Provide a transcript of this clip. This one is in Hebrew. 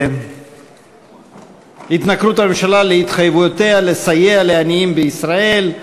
התנכרות הממשלה להתחייבויותיה לסייע לעניים בישראל.